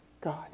God